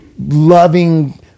loving